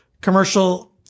commercial